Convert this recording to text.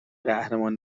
قهرمان